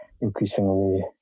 Increasingly